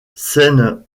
scène